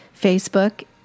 Facebook